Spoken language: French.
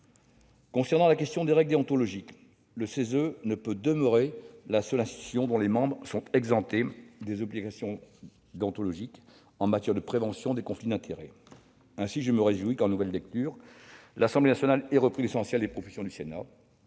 Concernant la question des règles déontologiques, le CESE ne peut demeurer la seule institution dont les membres sont exemptés des obligations déontologiques en matière de prévention des conflits d'intérêts. Aussi, je me réjouis qu'en nouvelle lecture l'Assemblée nationale ait repris l'essentiel des propositions du Sénat,